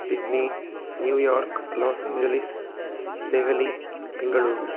Sydney New York Los Angeles Delhi Bengaluru